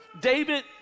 David